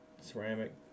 ceramic